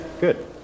good